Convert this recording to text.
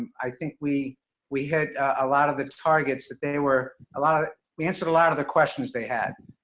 i think we we hit a lot of the targets, that they were, a lot of it we answered a lot of the questions they had.